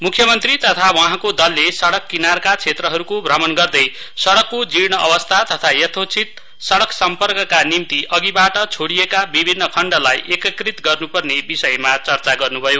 मुख्यमन्त्री तथा उहाँको दलले सडक किनारका क्षेत्रहरूको भ्रमण गर्दै सडकको जीर्ण अवस्था तथा यथोचित सडक सम्पर्कका निम्ति अघिबाट छोडिएका विभिन्न खण्डलाई एकिकृत गर्नुपर्ने विषयमा चर्चा गर्नुभयो